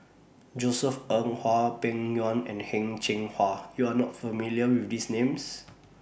Josef Ng Hwang Peng Yuan and Heng Cheng Hwa YOU Are not familiar with These Names